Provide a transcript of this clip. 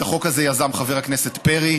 את החוק הזה יזם חבר הכנסת פרי.